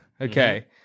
Okay